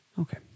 okay